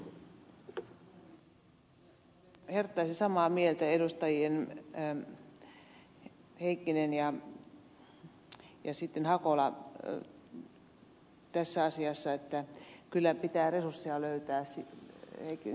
olen herttaisen samaa mieltä edustajien heikkinen ja hakola kanssa tässä asiassa että kyllä pitää resursseja löytää sen jälkeen